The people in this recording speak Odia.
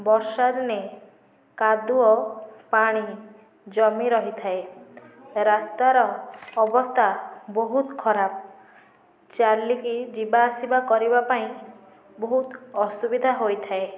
ବର୍ଷାଦିନେ କାଦୁଅ ପାଣି ଜମି ରହିଥାଏ ରାସ୍ତାର ଅବସ୍ଥା ବହୁତ ଖରାପ ଚାଲିକି ଯିବାଆସିବା କରିବାପାଇଁ ବହୁତ ଅସୁବିଧା ହୋଇଥାଏ